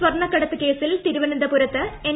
സ്വർണ്ണക്കടത്ത് കേസിൽ തിരുവനന്തപുരത്ത് എൻ